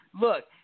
Look